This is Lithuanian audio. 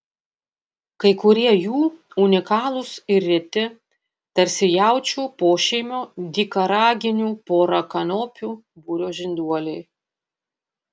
kai kurie jų unikalūs ir reti tarsi jaučių pošeimio dykaraginių porakanopių būrio žinduoliai